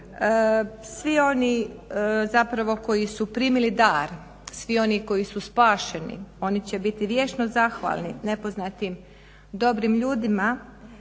Svi oni zapravo koji su primili dar, svi oni koji su spašeni, oni će biti vječno zahvalni nepoznatim dobrim ljudima.